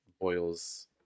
boils